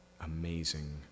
amazing